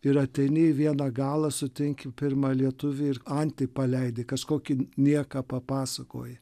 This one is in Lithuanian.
ir ateini į vieną galą sutinki pirmą lietuvį ir antį paleidi kažkokį nieką papasakoji